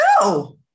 no